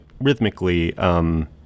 rhythmically